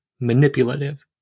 manipulative